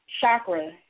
chakra